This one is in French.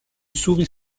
souris